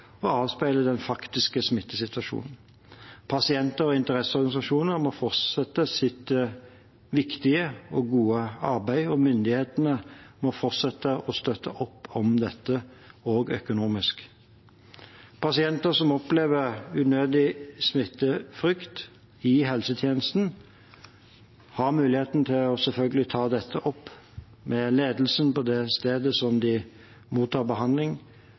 den faktiske smittesituasjonen. Pasient- og interesseorganisasjoner må fortsette sitt viktige og gode arbeid, og myndighetene må fortsette å støtte opp om dette, også økonomisk. Pasienter som opplever unødig smittefrykt i helsetjenesten, har selvfølgelig muligheten til å ta dette opp med ledelsen på det stedet de mottar behandling,